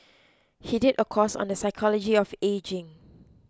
he did a course on the psychology of ageing